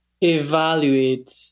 evaluate